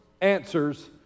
answers